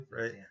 Right